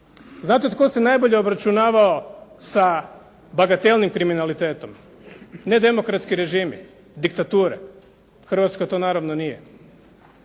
Znate tko se najbolje obračunavao sa bagatelnim kriminalitetom? Nedemokratski režimi, diktature. Hrvatska to naravno nije.